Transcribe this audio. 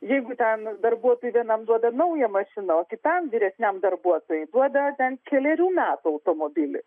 jeigu ten darbuotojui vienam duoda naują mašiną o kitam vyresniam darbuotojui duoda ten kelerių metų automobilį